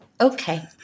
Okay